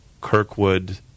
Kirkwood